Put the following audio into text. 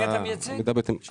אנחנו עוברים לסעיף הבא בסדר היום.